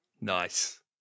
Nice